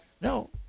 No